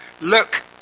Look